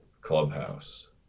clubhouse